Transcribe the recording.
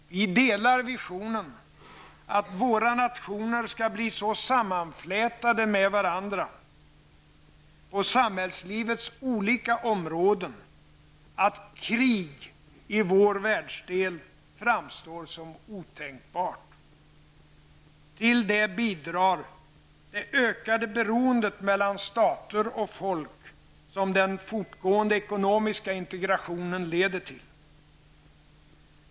Vi delar visionen att våra nationer skall bli så sammanflätade med varandra, på samhällslivets olika områden, att krig i vår världsdel framstår som otänkbart. Till det bidrar det ökade beroende mellan stater och folk som den fortgående ekonomiska integrationen leder till.